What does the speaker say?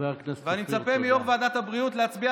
ואני מצפה מיו"ר ועדת הבריאות להצביע